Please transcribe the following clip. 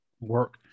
work